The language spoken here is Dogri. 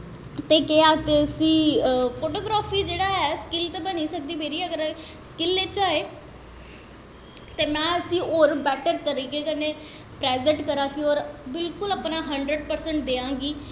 ते केह् आखदे इस्सी फोटोग्राफी जेह्ड़ी ऐ स्किल ते बनी सकदी मेरी अगर स्किल च आए ते में इस्सी होर बैट्टर तरीके कन्नै प्राजैंट करां गी होर बिल्कुल अपना हनडर्ड़ परसैंट देआं गी